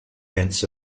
events